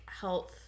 health